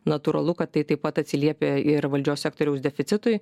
natūralu kad tai taip pat atsiliepia ir valdžios sektoriaus deficitui